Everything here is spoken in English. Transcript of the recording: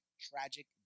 tragic